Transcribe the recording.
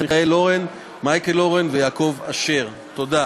מיכאל אורן ויעקב אשר בנושא: הקפאת מתווה הכותל.